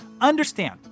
Understand